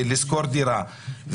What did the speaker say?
לשכור דירה,